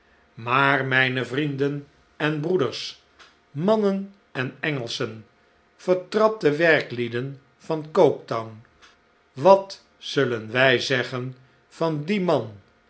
maar mijne vrienden en broeders mannen en engelschen vertrapte werklieden van coketown wat zullen wij zeggen van dien man